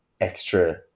extra